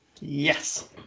Yes